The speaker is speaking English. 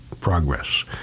progress